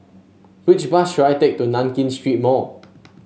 which bus should I take to Nankin Street Mall